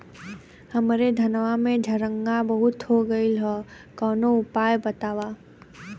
हमरे धनवा में झंरगा बहुत हो गईलह कवनो उपाय बतावा?